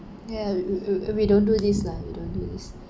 ya we we we we don't do this lah we don't do this